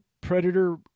Predator